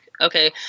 okay